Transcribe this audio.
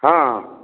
ହଁ